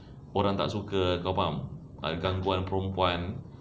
orang tak suka kau faham gangguan perempuan